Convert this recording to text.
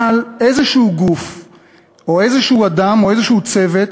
אבל איזשהו גוף או איזשהו אדם או איזשהו צוות,